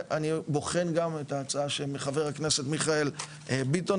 אני בוחן גם את ההצעה שחבר הכנסת מיכאל ביטון